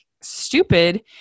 stupid